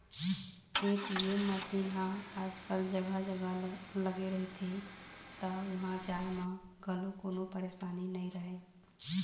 ATM machine ह आजकल जघा जघा लगे रहिथे त उहाँ जाए म घलोक कोनो परसानी नइ रहय